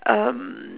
um